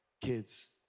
kids